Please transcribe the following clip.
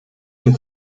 sont